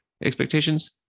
expectations